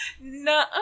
no